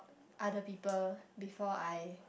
other people before I